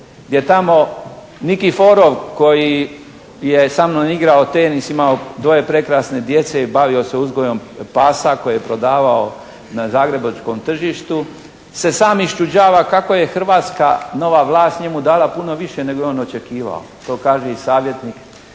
Jer tamo Niki Forom koji je sa mnom igrao tenis, imao dvoje prekrasne djece i bavio se uzgojom pasa koje je prodavao na zagrebačkom tržištu se sam iščuđava kako je Hrvatska nova vlast njemu dala puno više nego je on očekivao. To kaže i savjetnik